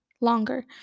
longer